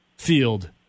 Field